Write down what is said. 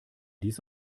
dies